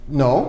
no